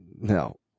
No